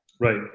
right